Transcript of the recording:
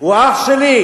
הוא אח שלי.